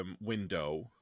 Window